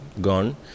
gone